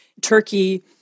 Turkey